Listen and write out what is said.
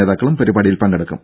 നേതാക്കളും പരിപാടിയിൽ പങ്കെടുക്കും